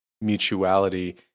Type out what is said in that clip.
mutuality